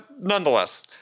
nonetheless